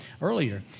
earlier